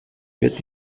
wird